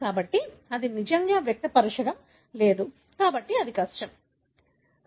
కాబట్టి అది నిజంగా వ్యక్తపరచడం లేదు కాబట్టి అది కష్టం స